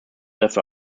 dafür